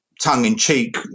tongue-in-cheek